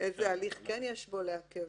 --- איזה הליך יש בו כדי לעכב,